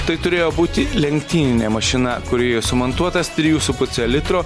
tai turėjo būti lenktyninė mašina kurioje sumontuotas trijų su puse litro